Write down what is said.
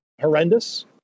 horrendous